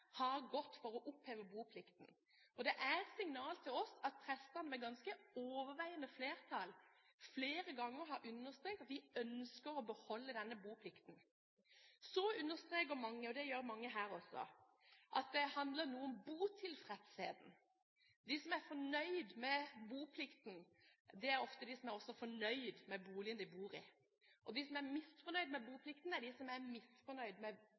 et ganske overveiende flertall flere ganger har understreket at de ønsker å beholde denne boplikten. Så understreker mange, og det gjør mange her også, at det også handler om botilfredsheten. De som er fornøyd med boplikten, er ofte de som er fornøyd med boligen de bor i. De som er misfornøyd med boplikten, er de som er misfornøyd med